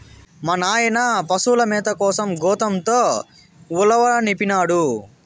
మా నాయన పశుల మేత కోసం గోతంతో ఉలవనిపినాడు